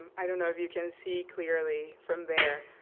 um i don't know if you can see clearly from there,